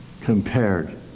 compared